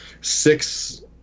six